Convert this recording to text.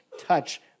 touch